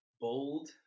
bold